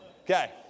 Okay